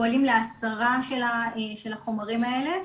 ופועלים להסרה של החומרים האלה,